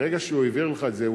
מרגע שהוא העביר לך את זה,